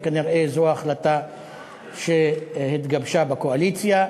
וכנראה זו ההחלטה שהתגבשה בקואליציה,